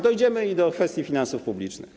Dojdziemy i do kwestii finansów publicznych.